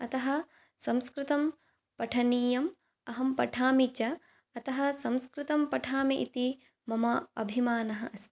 अतः संस्कृतं पठनीयम् अहं पठामि च अतः संस्कृतं पठामि इति मम अभिमानः अस्ति